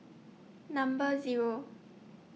Number Zero